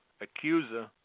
accuser